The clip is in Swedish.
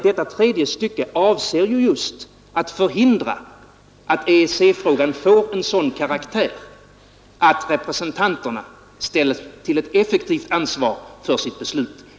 Detta tredje stycke avser just att förhindra att EEC-frågan får en sådan karaktär att representanterna ställs till ett effektivt ansvar för sitt beslut.